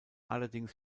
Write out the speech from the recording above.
allerdings